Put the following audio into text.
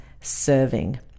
serving